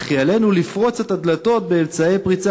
וכי עלינו לפרוץ את הדלתות באמצעי פריצה